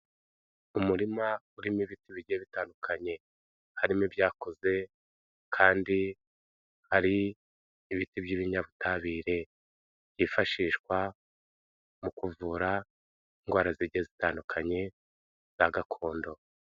Umuririma urimo ibiti bigiye bitandukanye, harimo ibyakuze kandi ari ibiti by'ibinyabutabire, byifashishwa mu kuvura indwara zijgiye zitandukanye za gakondo.